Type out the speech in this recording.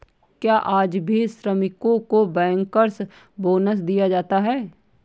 क्या आज भी श्रमिकों को बैंकर्स बोनस दिया जाता है?